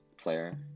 player